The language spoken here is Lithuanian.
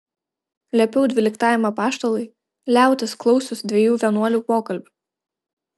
liepiau dvyliktajam apaštalui liautis klausius dviejų vienuolių pokalbių